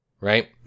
right